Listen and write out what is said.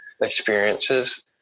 experiences